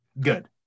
Good